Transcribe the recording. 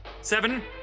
Seven